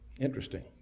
Interesting